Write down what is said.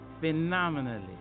phenomenally